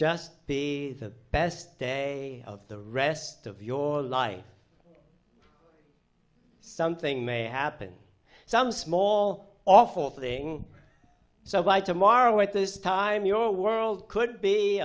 be the best day of the rest of your life something may happen some small awful thing so by tomorrow at this time your world could